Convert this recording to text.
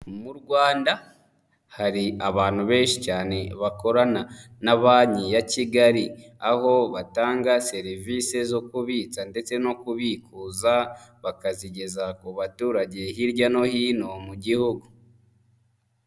Mu rwanda hari abantu benshi cyane bakorana na banki ya kigali, aho batanga serivisi zo kubitsa ndetse no kubikuza, bakazigeza ku baturage hirya no hino mu gihugu.